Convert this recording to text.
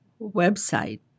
website